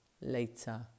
later